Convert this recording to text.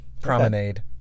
Promenade